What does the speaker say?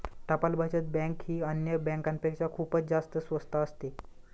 टपाल बचत बँक ही अन्य बँकांपेक्षा खूपच जास्त स्वस्त असते